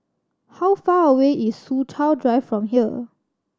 how far away is Soo Chow Drive from here